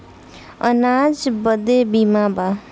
अनाज बदे बीमा बा